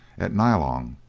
at nyalong,